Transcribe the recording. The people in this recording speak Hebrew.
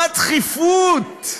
מה הדחיפות?